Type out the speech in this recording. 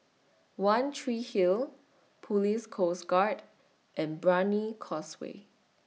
one Tree Hill Police Coast Guard and Brani Causeway